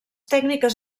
tècniques